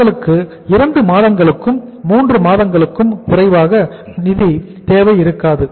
அவர்களுக்கு 2 மாதங்களுக்கும் 3 மாதங்களுக்கும் குறைவாக நிதி தேவை இருக்காது